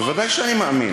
ודאי שאני מאמין.